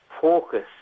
focus